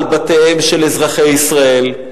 על בתיהם של אזרחי ישראל.